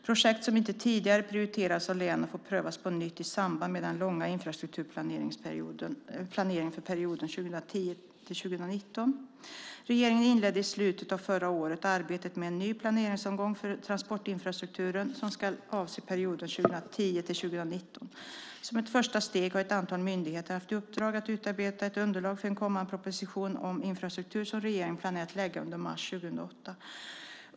Projekt som inte tidigare prioriterats av länen får prövas på nytt i samband med den långsiktiga infrastrukturplaneringen för perioden 2010-2019. Regeringen inledde i slutet av förra året arbetet med en ny planeringsomgång för transportinfrastrukturen, som ska avse perioden 2010-2019. Som ett första steg har ett antal myndigheter haft i uppdrag att utarbeta ett underlag för en kommande proposition om infrastruktur som regeringen planerar att lägga fram under mars 2008.